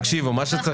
אני